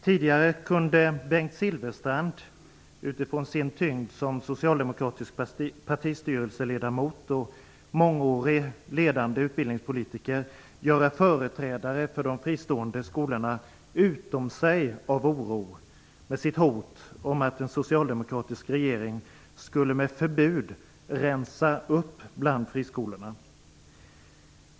Tidigare kunde Bengt Silfverstrand utifrån sin tyngd som socialdemokratisk partistyrelseledamot och sedan många år en ledande utbildningspolitiker göra företrädare för de fristående skolorna utom sig av oro med sitt hot om att en socialdemokratisk regering med förbud skulle rensa upp bland friskolorna.